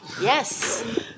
Yes